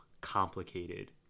complicated